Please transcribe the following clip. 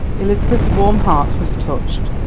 elizabeth's warm heart was touched.